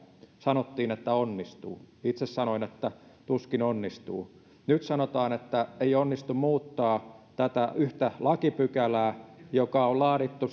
sanottiin että onnistuu itse sanoin että tuskin onnistuu nyt sanotaan että ei onnistu muuttaa tätä yhtä lakipykälää joka on